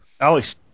Alex